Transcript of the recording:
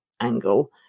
angle